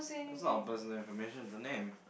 that's not a personal information it's a name